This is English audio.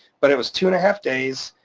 but it was two and a half days.